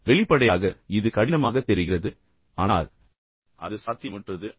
வெளிப்படையாக இது கடினமாகத் தெரிகிறது ஆனால் அது சாத்தியமற்றது அல்ல